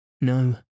No